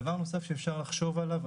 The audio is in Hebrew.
דבר נוסף שאפשר לחשוב עליו,